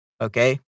Okay